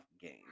game